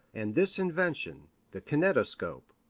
and this invention, the kinetoscope,